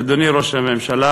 אדוני ראש הממשלה,